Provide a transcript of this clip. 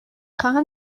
خواهم